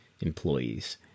employees